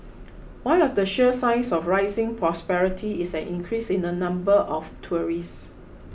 one of the sure signs of rising prosperity is an increase in the number of tourists